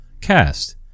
Cast